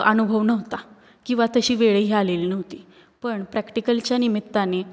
अनुभव नव्हता किंवा तशी वेळही आलेली नव्हती पण प्रॅक्टिकलच्या निमित्ताने